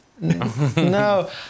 No